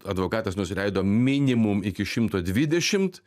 advokatas nusileido minimum iki šimto dvidešimt